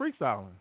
freestyling